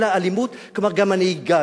גם הנהיגה,